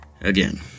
again